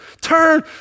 Turn